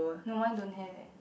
no mine don't have leh